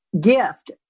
gift